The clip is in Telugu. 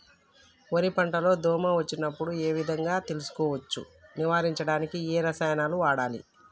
వరి పంట లో దోమ వచ్చినప్పుడు ఏ విధంగా తెలుసుకోవచ్చు? నివారించడానికి ఏ రసాయనాలు వాడాలి?